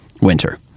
winter